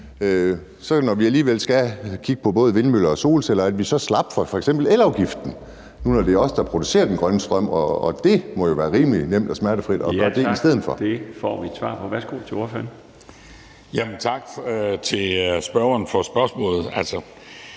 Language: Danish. vi, når vi alligevel skal kigge på både vindmøller og solceller, så slap for f.eks. elafgiften, når det nu er os, der producerer den grønne strøm? Det må jo være rimelig nemt og smertefrit at gøre det i stedet for. Kl. 17:36 Den fg. formand (Bjarne Laustsen): Tak! Det får vi et